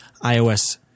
iOS